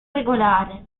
regolare